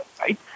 right